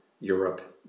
Europe